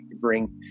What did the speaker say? bring